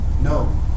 No